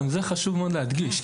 חשוב להדגיש את זה.